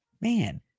man